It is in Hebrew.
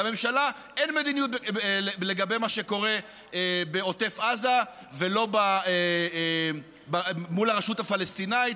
לממשלה אין מדיניות לגבי מה שקורה בעוטף עזה ולא מול הרשות הפלסטינית.